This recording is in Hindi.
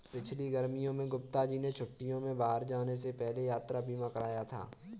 पिछली गर्मियों में गुप्ता जी ने छुट्टियों में बाहर जाने से पहले यात्रा बीमा कराया था